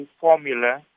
formula